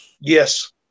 Yes